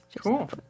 cool